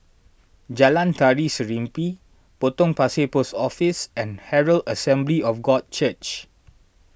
Jalan Tari Serimpi Potong Pasir Post Office and Herald Assembly of God Church